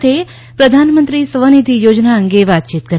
સાથે પ્રધાનમંત્રી સ્વનિધી યોજના અંગે વાતચીત કરી